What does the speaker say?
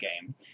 game